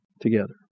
together